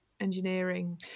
engineering